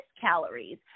calories